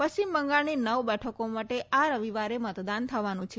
પશ્ચિમ બંગાળની નવ બેઠકો માટે આ રવિવારે મતદાન થવાનું છે